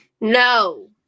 no